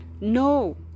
no